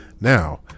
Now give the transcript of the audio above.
Now